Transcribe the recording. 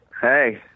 Hey